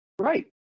Right